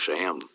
Sam